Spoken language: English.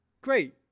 great